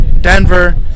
Denver